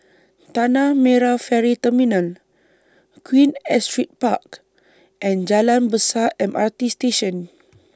Tanah Merah Ferry Terminal Queen Astrid Park and Jalan Besar M R T Station